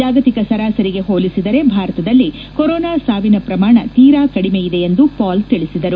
ಜಾಗತಿಕ ಸರಾಸರಿಗೆ ಹೋಲಿಸಿದರೆ ಭಾರತದಲ್ಲಿ ಕೊರೋನಾ ಸಾವಿನ ಪ್ರಮಾಣ ತೀರಾ ಕಡಿಮೆ ಇದೆ ಎಂದು ಪಾಲ್ ತಿಳಿಸಿದರು